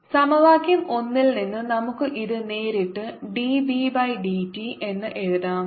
πs2 dBdt0ndIdt സമവാക്യo 1 ൽ നിന്ന് നമുക്ക് ഇത് നേരിട്ട് dB ബൈ dt എന്ന് എഴുതാം